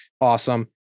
Awesome